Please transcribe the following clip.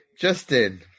Justin